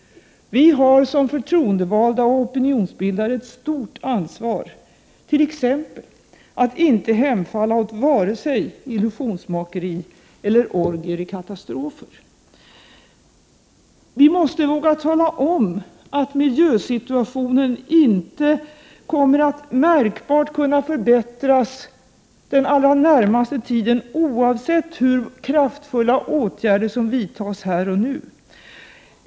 Vi har, som förtroendevalda och opinionsbildare, ett stort ansvar att t.ex. inte hänfalla åt vare sig illusionsmakeri eller orgier i katastrofer. Vi måste våga tala om att miljösituationen inte kommer att kunna förbättras märkbart under den allra närmaste tiden, oavsett hur kraftfulla åtgärder som vidtas här och nu.